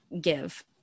give